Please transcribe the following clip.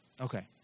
Okay